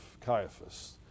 Caiaphas